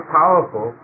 powerful